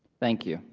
thank you.